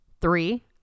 three